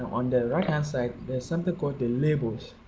on the right hand side, there is something called the labels.